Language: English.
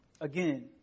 again